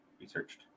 researched